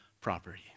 property